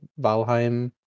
Valheim